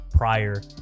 prior